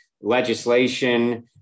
legislation